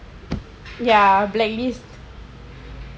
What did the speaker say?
ya blacklist